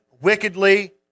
wickedly